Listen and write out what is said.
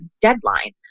deadline